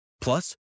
Plus